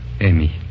Amy